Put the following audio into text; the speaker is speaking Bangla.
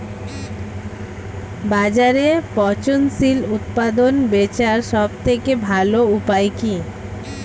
বাজারে পচনশীল উৎপাদন বেচার সবথেকে ভালো উপায় কি?